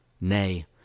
Nay